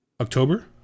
October